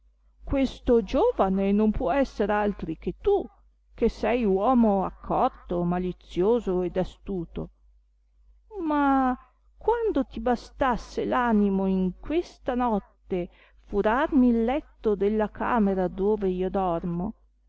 questo giovane non può esser altri che tu che sei uomo accorto malizioso ed astuto ma quando ti bastasse l'animo in questa notte furarmi il letto della camera dove io dormo